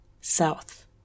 south